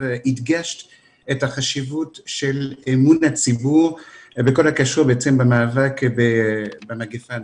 הדגשת את החשיבות של אמון הציבור בכל הקשור במאבק במגיפה הנוכחית.